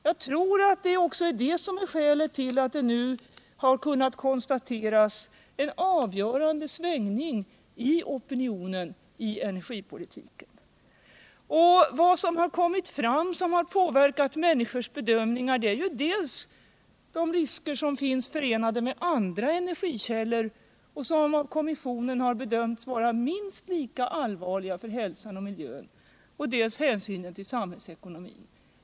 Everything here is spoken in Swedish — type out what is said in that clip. Jag tror att detta också är skälet till att det nu kunnat konstateras en avgörande svängning i opinionen i energipolitiken. Vad som har kommit fram och som påverkat människors bedömningar är dels de risker, som finns förenade med andra energikällor och vilka av kommissionen bedömts vara minst lika allvarliga för hälsan och miljön, dels hänsynen till samhällsekonomin.